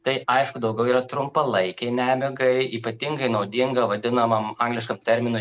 tai aišku daugiau yra trumpalaikei nemigai ypatingai naudinga vadinamam angliškam terminui